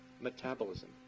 metabolism